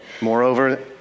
Moreover